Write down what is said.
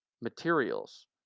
materials